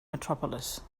metropolis